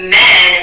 men